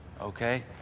okay